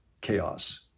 chaos